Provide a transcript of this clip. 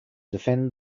defend